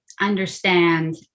understand